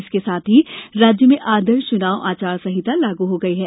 इसके साथ ही राज्य में आदर्श चुनाव आचार संहिता लागू हो गयी है